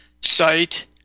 site